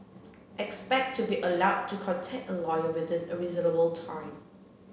expect to be allowed to contact a lawyer within a reasonable time